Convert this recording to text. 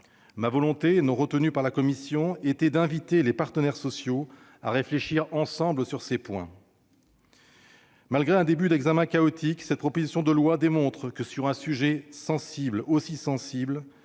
n'a pas été retenue par la commission, était d'inviter les partenaires sociaux à réfléchir ensemble sur ce point. Malgré un début d'examen chaotique, ce texte démontre que, sur un sujet aussi sensible,